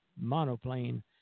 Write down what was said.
monoplane